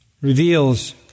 reveals